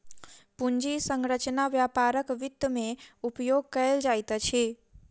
पूंजी संरचना व्यापारक वित्त में उपयोग कयल जाइत अछि